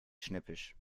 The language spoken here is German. schnippisch